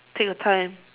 take your time